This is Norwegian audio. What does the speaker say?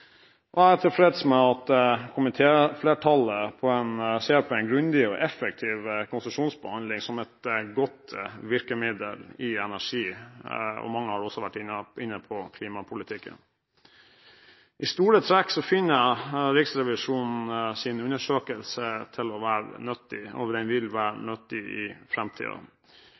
Jeg er tilfreds med at komitéflertallet ser på en grundig og effektiv konsesjonsbehandling som et godt virkemiddel i energi. Mange har også vært inne på klimapolitikken. I store trekk finner jeg Riksrevisjonens undersøkelse nyttig, og den vil være nyttig i